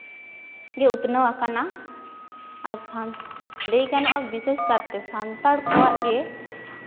ᱜᱮ ᱩᱛᱱᱟᱹᱣ ᱟᱠᱟᱱᱟ ᱞᱟᱹᱭ ᱜᱟᱱᱚᱜᱼᱟ ᱵᱤᱥᱮᱥ ᱠᱟᱨᱛᱮ ᱥᱟᱱᱛᱟᱲ ᱠᱚᱣᱟᱜ ᱜᱮ